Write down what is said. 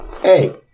Hey